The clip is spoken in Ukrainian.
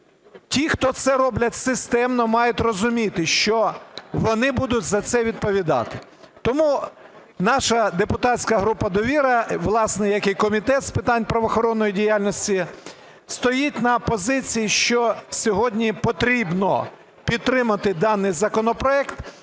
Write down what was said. ті, хто це роблять системно, мають розуміти, що вони будуть за це відповідати. Тому наша депутатська група "Довіра", власне, як і Комітет з питань правоохоронної діяльності, стоїть на позиції, що сьогодні потрібно підтримати даний законопроект.